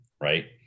Right